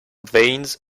veins